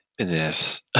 Yes